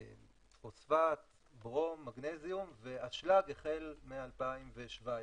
פוספט, ברום, מגנזיום ואשלג החל מ-2017.